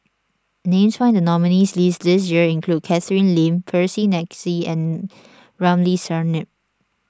names found in the nominees' list this year include Catherine Lim Percy McNeice and Ramli Sarip